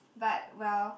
but well